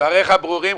דבריך ברורים.